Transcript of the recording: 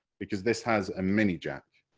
because this has a mini jack,